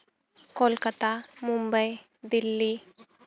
Kolkata Mumbai Delhi